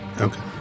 Okay